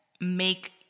make